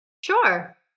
Sure